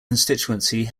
constituency